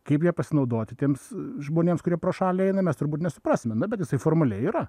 kaip ja pasinaudoti tiems žmonėms kurie pro šalį eina mes turbūt nesuprasime na bet jisai formaliai yra